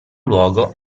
luogo